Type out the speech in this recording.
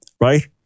right